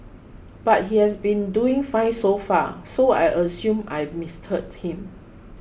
but he has been doing fine so far so I assumed I'd misheard him